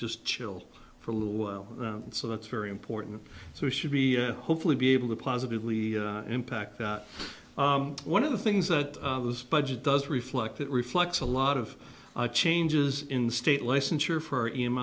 just chill for a little while so that's very important so we should be hopefully be able to positively impact that one of the things that was budget does reflect that reflects a lot of changes in state licensure for him